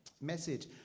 message